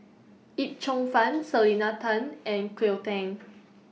Yip Cheong Fun Selena Tan and Cleo Thang